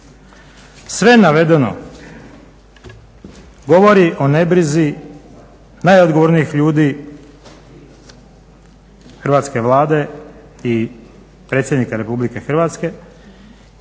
Sve navedeno govori o nebrizi najodgovornijih ljudi hrvatske Vlade i predsjednika Republike Hrvatske